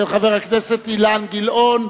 של חבר הכנסת אילן גילאון.